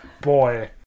Boy